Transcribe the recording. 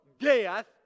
death